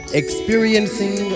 experiencing